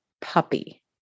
puppy